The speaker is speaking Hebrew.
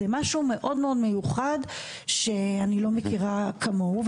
זה משהו שהוא מאוד מאוד מיוחד שאני לא מכירה כמוהו.